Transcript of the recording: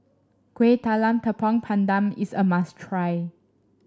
Kuih Talam Tepong Pandan is a must try